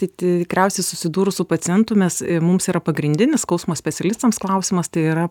tai tikriausiai susidūrus su pacientu mes mums yra pagrindinis skausmo specialistams klausimas tai yra